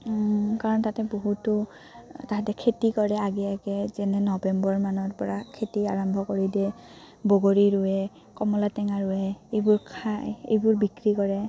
কাৰণ তাতে বহুতো তাতে খেতি কৰে আগে আগে যেনে নৱেম্বৰ মানৰ পৰা খেতি আৰম্ভ কৰি দিয়ে বগৰী ৰুৱে কমলা টেঙা ৰুৱে এইবোৰ খাই এইবোৰ বিক্ৰী কৰে